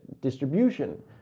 distribution